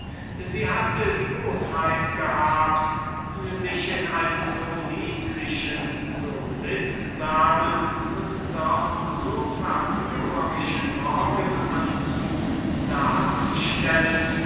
sie hatte die bosheit gehabt sich in einem so niedlichen so sittsamen und doch so verführerischen morgen anzug darzustellen